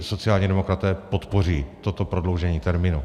Sociální demokraté podpoří toto prodloužení termínu.